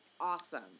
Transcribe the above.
awesome